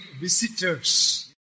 visitors